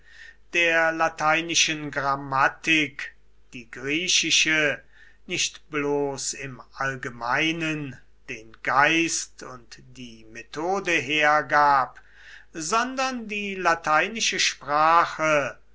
der lateinischen grammatik die griechische nicht bloß im allgemeinen den geist und die methode hergab sondern die lateinische sprache